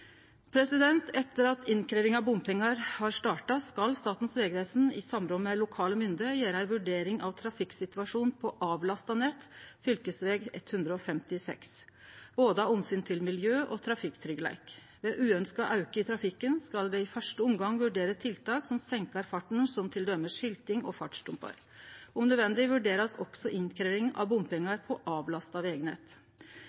Etter at innkrevjinga av bompengar har starta, skal Statens vegvesen i samråd med lokale mynde gjere ei vurdering av trafikksituasjonen på avlasta nett, fv. 156, av omsyn til både miljø og trafikktryggleik. Ved uønskt auke i trafikken skal det i første omgang vurderast tiltak som seinkar farten, t.d. skilting og fartsdumpar. Om nødvendig skal det òg vurderast innkrevjing av